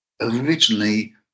originally